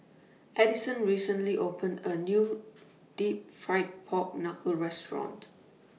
Addyson recently opened A New Deep Fried Pork Knuckle Restaurant